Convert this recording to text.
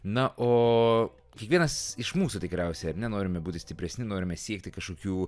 na o kiekvienas iš mūsų tikriausiai ar ne norime būti stipresni norime siekti kažkokių